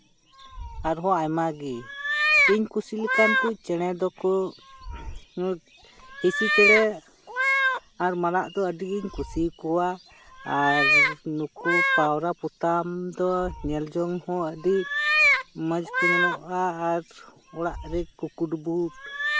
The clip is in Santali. ᱟᱨᱦᱚᱸ ᱟᱭᱢᱟ ᱜᱮ ᱤᱧ ᱠᱩᱥᱤ ᱞᱮᱠᱟᱱ ᱪᱮᱬᱮ ᱫᱚᱠᱚ ᱦᱤᱸᱥᱤ ᱪᱮᱬᱮ ᱟᱨ ᱢᱟᱨᱟᱜ ᱫᱚ ᱟᱹᱰᱤ ᱜᱤᱧ ᱠᱩᱥᱤᱭᱟᱠᱚᱣᱟ ᱟᱨ ᱱᱩᱠᱩ ᱯᱟᱣᱨᱟ ᱯᱚᱛᱟᱢ ᱫᱚ ᱧᱮᱞ ᱡᱚᱝ ᱦᱚᱸ ᱟᱹᱰᱤ ᱢᱚᱡᱽ ᱠᱚ ᱧᱮᱞᱚᱜᱼᱟ ᱟᱨ ᱚᱲᱟᱜ ᱨᱮ ᱠᱩᱠᱩ ᱰᱩᱵᱩᱨ